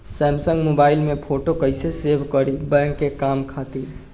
Samsung mobile में photo कैसे save करीं बैंक के काम खातिर?